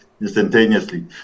instantaneously